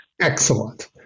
excellent